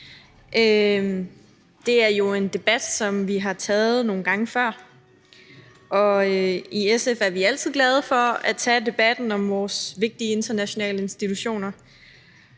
Det er jo en debat, som vi har taget nogle gange før, og i SF er vi altid glade for at tage debatten om vores vigtige internationale institutioner.